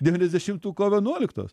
devyniasdešimtų kovo vienuoliktos